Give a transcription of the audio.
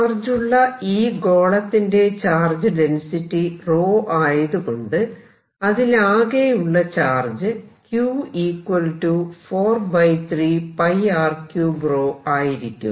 ചാർജുള്ള ഈ ഗോളത്തിന്റെ ചാർജ് ഡെൻസിറ്റി ആയതുകൊണ്ട് അതിലാകെയുള്ള ചാർജ് ആയിരിക്കും